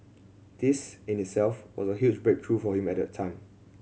this in itself was a huge breakthrough for him at the time